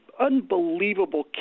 unbelievable